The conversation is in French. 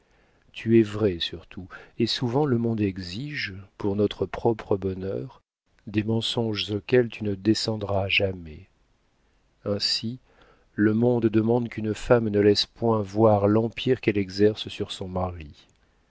tu es vraie surtout et souvent le monde exige pour notre propre bonheur des mensonges auxquels tu ne descendras jamais ainsi le monde demande qu'une femme ne laisse point voir l'empire qu'elle exerce sur son mari